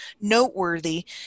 noteworthy